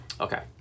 Okay